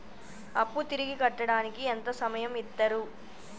అప్పు తిరిగి కట్టడానికి ఎంత సమయం ఇత్తరు?